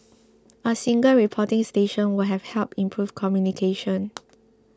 a single reporting station would have helped improve communication